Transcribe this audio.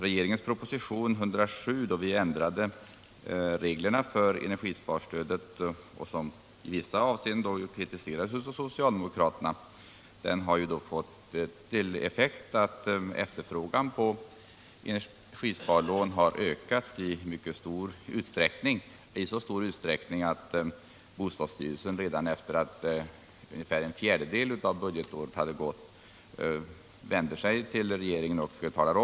Regeringens proposition 107 med ändrade regler för energisparstödet, som i vissa avseenden kritiserades av socialdemokraterna. har fått till effekt att efterfrågan på energisparlån har ökat i så stor utsträckning att bostadsstyrelsen, redan efter det att ungefär en fjärdedel av budgetåret hade gått, gjorde en hänvändelse till regeringen om ökat anslag.